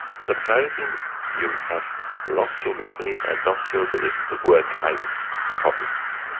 supposing you have lost your memory and lost your ability to work out problems,